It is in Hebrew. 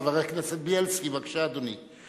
חבר הכנסת בילסקי, בבקשה, אדוני.